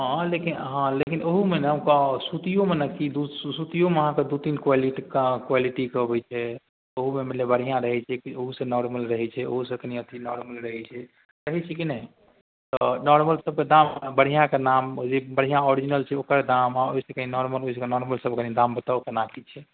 हँ लेकिन हँ लेकिन हँ ओहोमे ने ओकर सूतिओमे ने कि दुइ सूतिओमे अहाँके दुइ तीन क्वालिटीके क्वालिटीके अबै छै ओहोमे मतलब बढ़िआँ रहै छै किछु ओहूसँ नॉरमल रहै छै ओहूसँ कनि अथी नॉरमल रहै छै रहै छै कि नहि तऽ नॉरमल सबके दाम बढ़िआँके नाम जे बढ़िआँ ओरिजिनल छै ओकर दाम आओर ओहिसँ कनि नॉर्मल होइ छै नॉरमल सबके दाम बताउ कोना कि छै